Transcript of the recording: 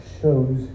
shows